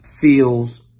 feels